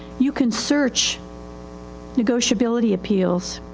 you can search negotiability appeals.